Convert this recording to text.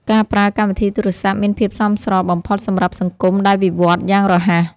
ការប្រើកម្មវិធីទូរសព្ទ មានភាពសមស្របបំផុតសម្រាប់សង្គមដែលវិវត្តន៍យ៉ាងរហ័ស។